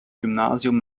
gymnasium